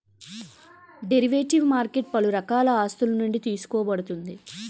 derivative market పలు రకాల ఆస్తులునుండి తీసుకోబడుతుంది